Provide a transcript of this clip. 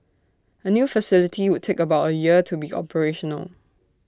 A new facility would take about A year to be operational